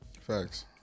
Facts